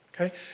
okay